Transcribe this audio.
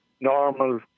normal